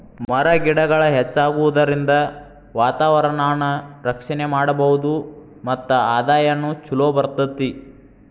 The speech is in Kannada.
ಮರ ಗಿಡಗಳ ಹೆಚ್ಚಾಗುದರಿಂದ ವಾತಾವರಣಾನ ರಕ್ಷಣೆ ಮಾಡಬಹುದು ಮತ್ತ ಆದಾಯಾನು ಚುಲೊ ಬರತತಿ